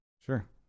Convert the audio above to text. Sure